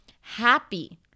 happy